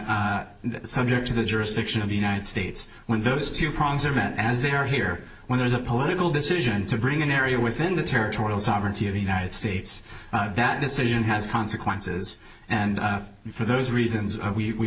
and subject to the jurisdiction of the united states when those two prongs are met as they are here when there's a political decision to bring an area within the territorial sovereignty of the united states that decision has consequences and for those reasons of we